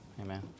amen